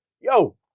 yo